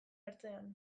ertzean